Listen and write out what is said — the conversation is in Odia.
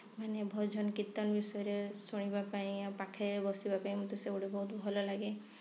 ମାନେ ଭଜନ କୀର୍ତ୍ତନ ବିଷୟରେ ଶୁଣିବା ପାଇଁ ପାଖରେ ବସିବା ପାଇଁ ମୋତେ ସେଗୁଡ଼ିକ ବହୁତ ଭଲ ଲାଗେ